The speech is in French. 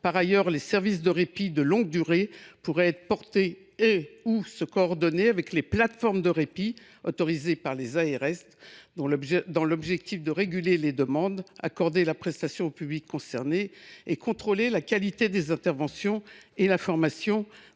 Par ailleurs, les services de répit de longue durée pourraient être coordonnés avec les plateformes de répit autorisées par les ARS, dans l’objectif de réguler les demandes, d’offrir les prestations au public concerné et de contrôler la qualité des interventions et l’information